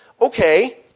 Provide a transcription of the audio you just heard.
okay